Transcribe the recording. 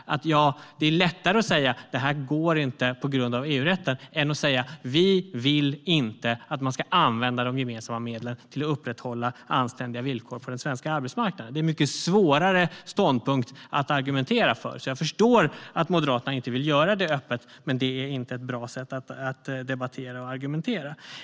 Det är lättare att säga att det inte går på grund av EU-rätten än att man inte vill att de gemensamma medlen ska användas till att upprätthålla anständiga villkor för den svenska arbetsmarknaden. Det är en mycket svårare ståndpunkt att argumentera för. Jag förstår att Moderaterna inte vill göra det öppet, men detta är inte ett bra sätt att debattera och argumentera på.